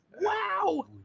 Wow